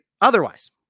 Otherwise